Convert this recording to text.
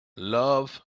love